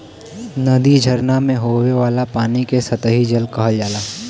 नदी, झरना में होये वाला पानी के सतही जल कहल जाला